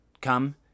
Come